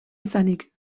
izanik